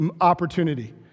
opportunity